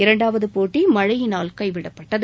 இரண்டாவது போட்டி மழையினால் கைவிடப்பட்டது